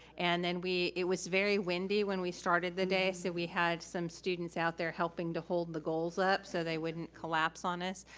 and and it was very windy when we started the day, so we had some students out there helping to hold the goals up so they wouldn't collapse on us.